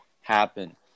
happen